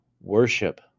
worship